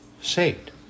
saved